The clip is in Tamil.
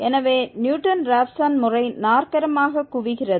எனவே நியூட்டன் ராப்சன் முறை நாற்கரமாக குவிகிறது